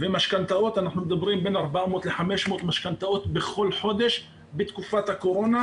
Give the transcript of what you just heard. ומשכנתאות בין 400-500 משכנתאות בכל חודש בתקופת הקורונה.